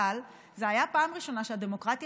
אבל זו הייתה הפעם הראשונה שהדמוקרטיה